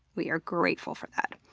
we are grateful for that.